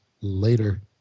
Later